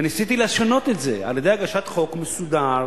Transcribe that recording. וניסיתי לשנות את זה על-ידי הגשת חוק מסודר